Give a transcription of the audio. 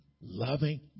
loving